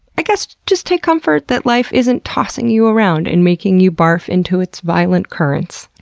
i guess just take comfort that life isn't tossing you around and making you barf into its violent currents.